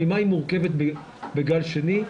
ממה היא מורכבת בגל שני.